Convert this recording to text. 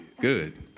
good